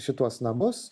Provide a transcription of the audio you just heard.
šituos namus